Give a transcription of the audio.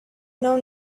know